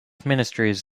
ministries